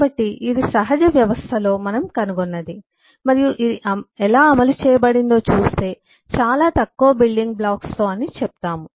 కాబట్టి ఇది సహజ వ్యవస్థలో మనం కనుగొన్నది మరియు ఇది ఎలా అమలు చేయబడిందో చూస్తే చాలా తక్కువ బిల్డింగ్ బ్లాక్స్ తో అని చెప్తాము